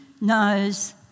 knows